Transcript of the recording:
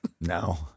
No